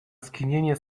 skinienie